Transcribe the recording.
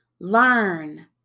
learn